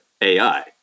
AI